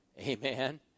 Amen